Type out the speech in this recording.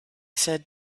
said